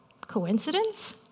Coincidence